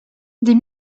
des